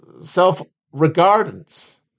self-regardance